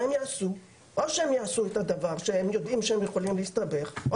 או שהם יעשו את הדבר שהם יודעים שהם עלולים להסתבך בגללו,